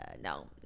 No